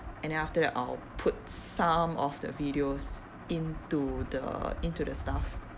and then after that I will put some of the videos into the into the stuff